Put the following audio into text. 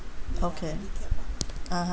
okay (uh huh)